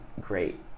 great